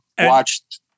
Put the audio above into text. watched